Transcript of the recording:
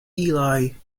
ely